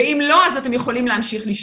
ואם לא, אז אתם יכולים להמשיך לשאול.